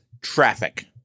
traffic